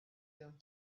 you